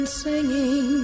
singing